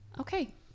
Okay